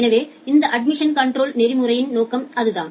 எனவே இந்த admission control நெறிமுறையின் நோக்கம் அதுதான்